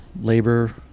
labor